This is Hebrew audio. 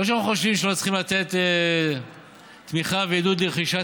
לא שאנחנו חושבים שלא צריך לתת תמיכה ועידוד לרכישת